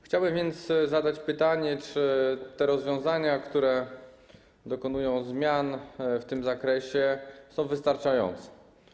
Chciałbym więc zadać pytanie, czy te rozwiązania, które dokonują zmian w tym zakresie, są wystarczające.